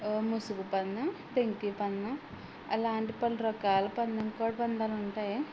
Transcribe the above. ముసుగు పందెం పెంకి పందెం అలాంటి పలు రకాలు పందెం కోడి పందాలుంటాయి